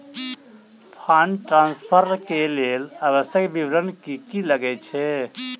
Fund transfer केँ लेल आवश्यक विवरण की की लागै छै?